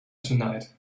tonight